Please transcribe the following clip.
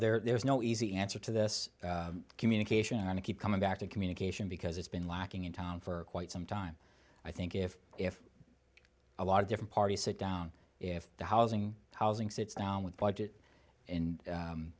know there is no easy answer to this communication and keep coming back to communication because it's been lacking in town for quite some time i think if if a lot of different parties sit down if the housing housing sits down with budget and